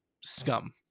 scum